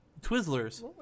Twizzlers